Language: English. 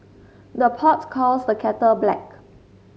the pot calls the kettle black